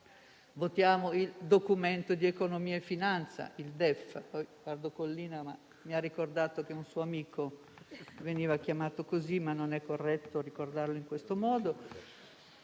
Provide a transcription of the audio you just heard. Voteremo il Documento di economia e finanza (DEF)